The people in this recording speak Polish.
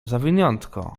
zawiniątko